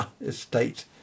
estate